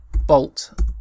bolt